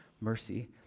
mercy